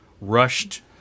rushed